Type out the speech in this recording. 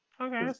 okay